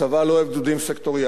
הצבא לא אוהב גדודים סקטוריאליים,